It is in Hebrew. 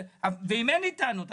ואם אין לי טענות,